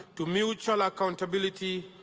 to mutual accountability,